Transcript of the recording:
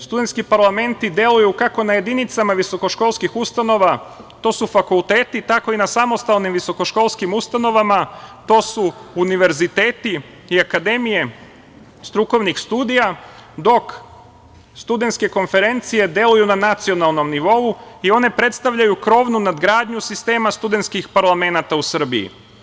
Studentski parlamenti deluju kako na jedinicama visokoškolskih ustanova, to su fakulteti, tako i na samostalnim visokoškolskim ustanovama, to su univerziteti i akademije strukovnih studija, dok studentske konferencije deluju na nacionalnom nivou i one predstavljaju krovnu nadgradnju sistema studentskih parlamenata u Srbiji.